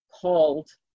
called